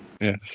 Yes